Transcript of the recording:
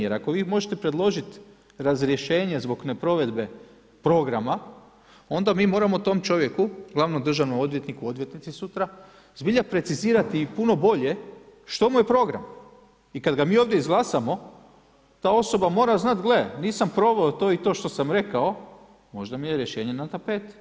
Jer ako vi možete predložit razrješenje zbog neprovedbe programa, onda mi moramo tom čovjeku, glavnom državnom odvjetniku, odvjetnici sutra zbilja precizirati i puno bolje što mu je program i kad ga mi ovdje izglasamo, ta osoba mora znat gle, nisam proveo to i to što sam rekao, možda mi je razrješenje za tapeti.